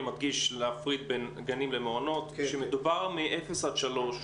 מבקש להפריד בין גנים למעונות כשמדובר בגילאי אפס עד שלוש,